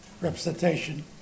representation